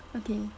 okay